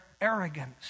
arrogance